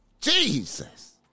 Jesus